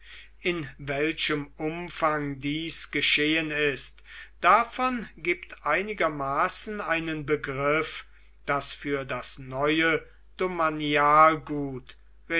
in welchem umfang dies geschehen ist davon gibt einigermaßen einen begriff daß für das neue